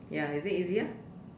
ya is it easier